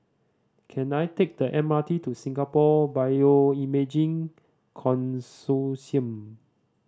can I take the M R T to Singapore Bioimaging Consortium